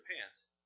pants